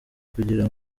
kugira